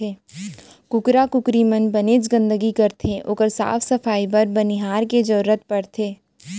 कुकरा कुकरी मन बनेच गंदगी करथे ओकर साफ सफई बर बनिहार के जरूरत परथे